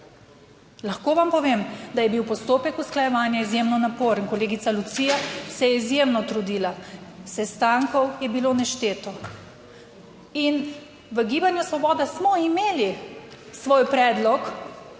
Lahko vam povem, da je bil postopek usklajevanja izjemno naporen. Kolegica Lucija se je izjemno trudila. Sestankov je bilo nešteto. In v Gibanju Svoboda smo imeli svoj predlog